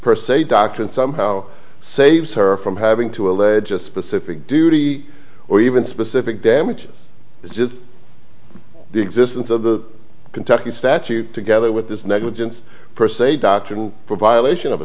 per se doctrine somehow saves her from having to allege a specific duty or even specific damages which is the existence of the kentucky statute together with this negligence per se doctrine for violation of